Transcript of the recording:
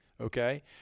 okay